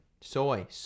Soy